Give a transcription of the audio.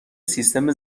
سیستم